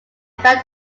about